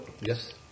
Yes